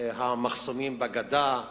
המחסומים בגדה,